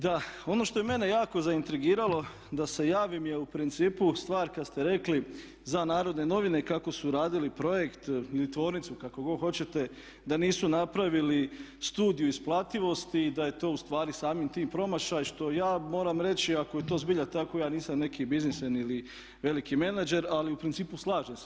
Da, ono što je mene jako zaintrigiralo da se javim je u principu stvar kad ste rekli za Narodne novine kako su radili projekt ili tvornicu kako god hoćete, da nisu napravili studiju isplativosti i da je to u stvari samim tim promašaj što ja moram reći ako je to zbilja tako ja nisam neki biznismen ili veliki menadžer, ali u principu slažem se.